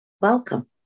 welcome